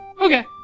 Okay